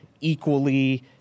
equally